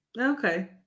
Okay